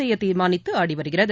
செய்ய தீர்மானித்து ஆடி வருகிறது